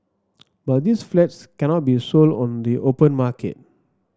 but these flats cannot be sold on the open market